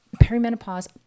perimenopause